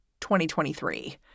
2023